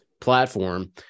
platform